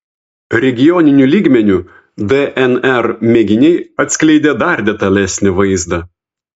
regioniniu lygmeniu dnr mėginiai atskleidė dar detalesnį vaizdą